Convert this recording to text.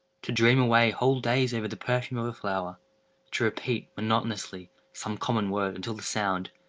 to dream away whole days over the perfume of a flower to repeat, monotonously, some common word, until the sound,